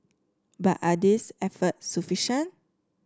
but are these efforts sufficient